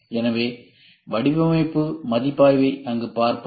எனவே வடிவமைப்பு மதிப்பாய்வை அங்கு பார்ப்போம்